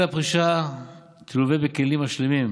העלאת גיל הפרישה תלווה בכלים משלימים,